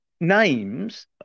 names